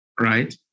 Right